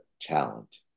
talent